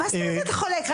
מה זאת אומרת חולק?